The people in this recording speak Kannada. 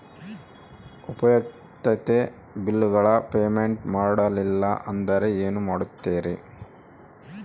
ಉಪಯುಕ್ತತೆ ಬಿಲ್ಲುಗಳ ಪೇಮೆಂಟ್ ಮಾಡಲಿಲ್ಲ ಅಂದರೆ ಏನು ಮಾಡುತ್ತೇರಿ?